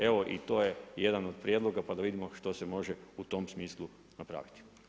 Evo, i to je jedan od prijedloga pa da vidimo što se može u tom smislu napraviti.